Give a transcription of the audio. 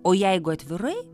o jeigu atvirai